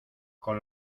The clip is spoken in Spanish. con